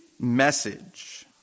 message